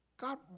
God